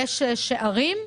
יש שערים.